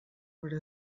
per